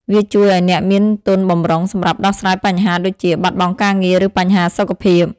វាជួយឱ្យអ្នកមានទុនបម្រុងសម្រាប់ដោះស្រាយបញ្ហាដូចជា បាត់បង់ការងារ ឬបញ្ហាសុខភាព។